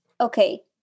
Okay